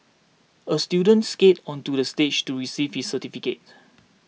a student skated onto the stage to receive his certificate